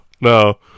no